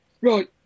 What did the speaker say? Right